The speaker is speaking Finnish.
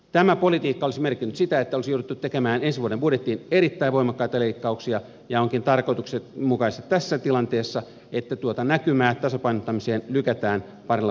tämä politiikka olisi merkinnyt sitä että olisi jouduttu tekemään ensi vuoden budjettiin erittäin voimakkaita leikkauksia ja onkin tarkoituksenmukaista tässä tilanteessa että tuota näkymää tasapainottamiseen lykätään parilla vuodella eteenpäin